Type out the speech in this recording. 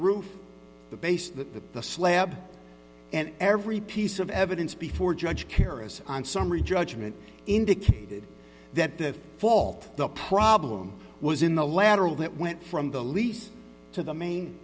roof the base that the slab and every piece of evidence before judge keris on summary judgment indicated that the fault the problem was in the lateral that went from the lease to the main